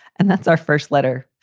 and that's our first letter.